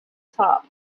top